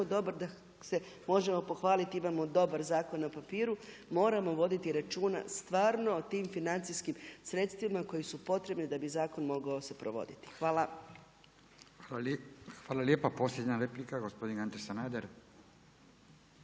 dobar zakon na papiru, moramo voditi računa stvarno o tim financijskim sredstvima koji su potrebni da bi zakon mogao se provoditi. Hvala. **Radin, Furio (Nezavisni)** Hvala lijepa. Posljednja replika gospodin Ante Sanader.